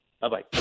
Bye-bye